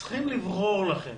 אתם צריכים לברור לכם